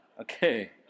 Okay